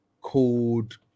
called